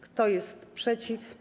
Kto jest przeciw?